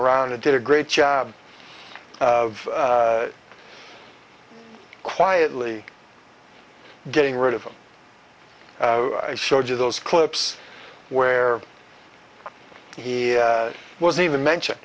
around and did a great job of quietly getting rid of him i showed you those clips where he was even mentioned